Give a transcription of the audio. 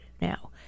now